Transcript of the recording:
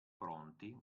pronti